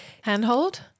Handhold